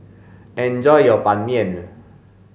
enjoy your ban mian